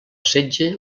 setge